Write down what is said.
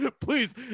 please